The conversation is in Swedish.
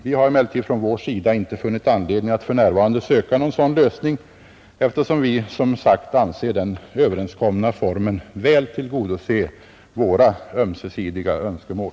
Vi har emellertid från vår sida inte funnit anledning att för närvarande söka någon sådan lösning, eftersom vi som sagt anser den överenskomna formen väl tillgodose våra ömsesidiga önskemål.